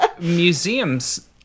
museums